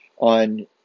on